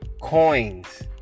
coins